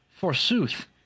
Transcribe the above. Forsooth